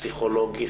פסיכולוגיים,